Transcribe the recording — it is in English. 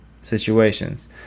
situations